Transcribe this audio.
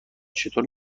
چطور